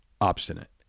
obstinate